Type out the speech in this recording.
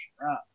right